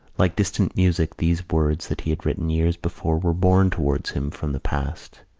like distant music these words that he had written years before were borne towards him from the past.